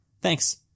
thanks